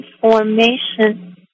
formation